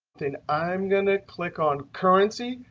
i'm going to click on currency.